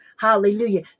hallelujah